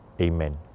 Amen